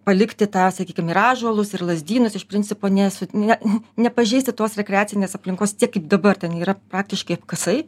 palikti tą sakykim ir ąžuolus ir lazdynus iš principo nesu ne nepažeisti tos rekreacinės aplinkos tiek kaip dabar ten yra praktiškai apkasai